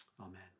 Amen